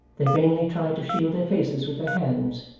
they vainly tried to shield their faces with their hands,